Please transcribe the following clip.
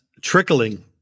Trickling